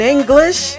English